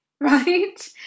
right